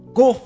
go